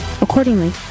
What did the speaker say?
Accordingly